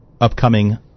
upcoming